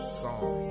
song